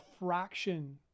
fraction